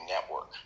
Network